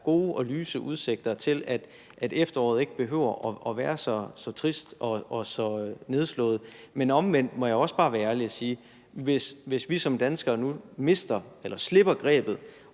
gode og lyse udsigter til, at efteråret ikke behøver at være så trist og så nedslående. Men omvendt må jeg også bare være ærlig og sige, at hvis vi som danskere nu mister eller slipper grebet